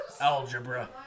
Algebra